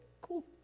Cool